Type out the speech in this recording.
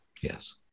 Yes